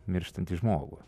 mirštantį žmogų